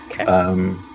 Okay